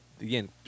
again